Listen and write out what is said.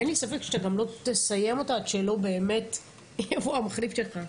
אין לי ספק שאתה גם לא תסיים אותה עד שלא באמת יבוא המחליף שלך,